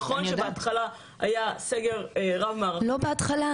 נכון שבהתחלה היה סגר רב מערכתי --- לא בהתחלה.